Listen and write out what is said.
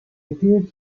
appears